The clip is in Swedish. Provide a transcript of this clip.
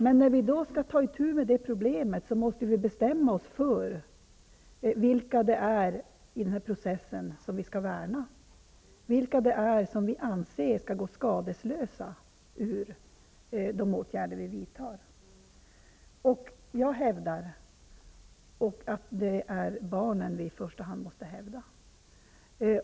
Men när vi i dag skall ta itu med problemet måste vi bestämma oss för vilka som skall värnas i processen och med de åtgärder som vidtas stå skadeslösa. Jag hävdar att det i första hand är barnen vi måste skydda.